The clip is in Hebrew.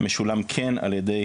משולם כן על ידי